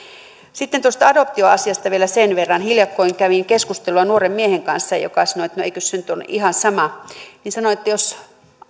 sitten tuosta adoptioasiasta vielä sen verran että hiljakkoin kävin keskustelua nuoren miehen kanssa joka sanoi että no eikös se nyt ole ihan sama sanoin että jos